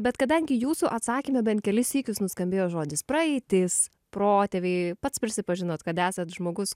bet kadangi jūsų atsakyme bent kelis sykius nuskambėjo žodis praeitis protėviai pats prisipažinot kad esat žmogus